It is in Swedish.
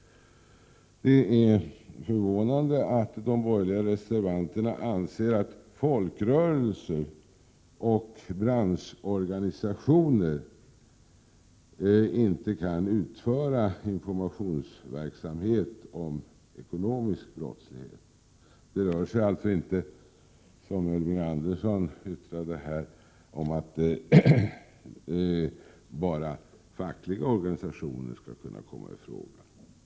Det är förvånande att de borgerliga reservanterna anser att folkrörelser och branschorganisationer inte kan utföra informationsverksamhet om ekonomisk brottslighet. Det rör sig alltså inte, som Elving Andersson yttrade, om att bara de fackliga organisationerna skall komma i fråga.